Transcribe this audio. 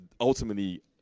ultimately